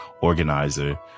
organizer